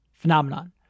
phenomenon